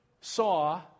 saw